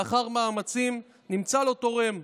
לאחר מאמצים נמצא לו תורם,